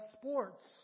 sports